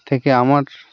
থেকে আমার